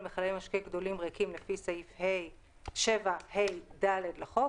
מכלי משקה גדולים ריקים לפי סעיף 7ה(ד) לחוק,